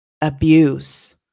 abuse